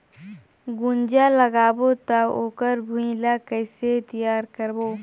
गुनजा लगाबो ता ओकर भुईं ला कइसे तियार करबो?